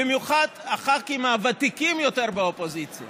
במיוחד הח"כים הוותיקים יותר באופוזיציה